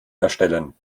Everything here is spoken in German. erstellen